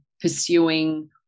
pursuing